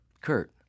kurt